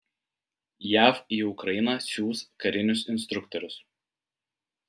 jav į ukrainą siųs karinius instruktorius